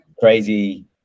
crazy